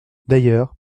d’ailleurs